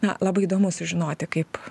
na labai įdomu sužinoti kaip